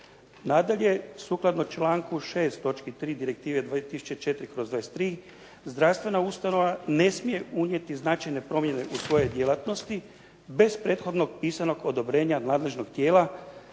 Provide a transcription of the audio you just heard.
Nadalje, sukladno članku 6. točki 3. Direktive 2004/23, zdravstvena ustanova ne smije unijeti značajne promjene u svoje djelatnosti bez prethodnog pisanog odobrenja nadležnog tijela